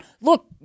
Look